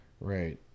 right